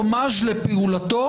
מעולם לא הייתה בעיה במקדמות,